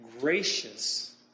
gracious